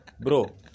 bro